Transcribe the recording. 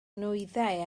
nwyddau